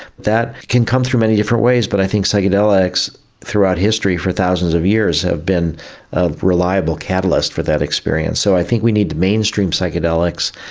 that can come through many different ways, but i think psychedelics throughout history for thousands of years have been a reliable catalyst for that experience. so i think we need mainstream psychedelics,